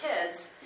kids